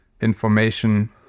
information